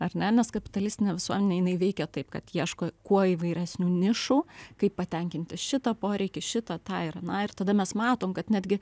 ar ne nes kapitalistinė visuomenė jinai veikia taip kad ieško kuo įvairesnių nišų kaip patenkinti šitą poreikį šitą tą ir aną ir tada mes matom kad netgi